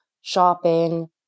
shopping